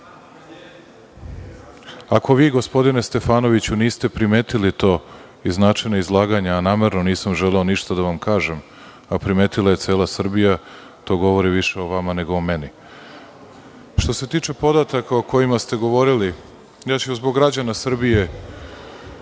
Ako gospodine Stefanoviću niste to primetili iz načina izlaganja, a namerno nisam želeo ništa da vam kažem, primetila je cela Srbija, to govori više o vama nego o meni. Što se tiče podataka o kojima ste govorili, zbog građana Srbije,